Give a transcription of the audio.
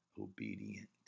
Obedient